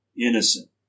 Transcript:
innocent